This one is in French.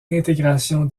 intégration